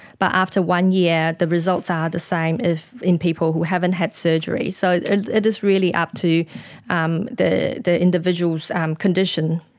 but after one year the results are the same in people who haven't had surgery. so it is really up to um the the individual's condition.